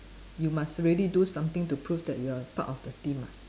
you must really do something to proof that you are part of the team ah